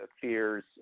fears